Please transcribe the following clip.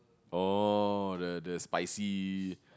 orh the the spicy